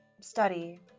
study